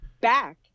back